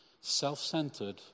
self-centered